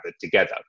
together